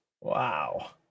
Wow